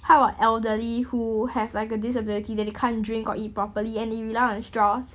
how a elderly who have like a disability that they can't drink or eat properly and they rely on straws